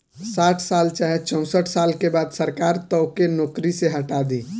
साठ साल चाहे चौसठ साल के बाद सरकार तोके नौकरी से हटा दी